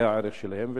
זה הערך שלהם.